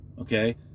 okay